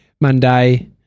Monday